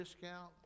discount